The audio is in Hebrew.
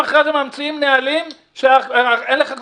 ואותה עדכנו.